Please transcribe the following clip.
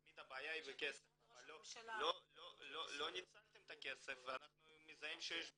תמיד הבעיה היא הכסף אבל לא ניצלתם את הכסף ואנחנו מזהים שיש בעיה.